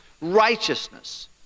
righteousness